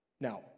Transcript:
Now